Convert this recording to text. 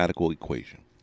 equation